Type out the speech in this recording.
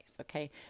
okay